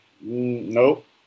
nope